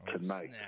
tonight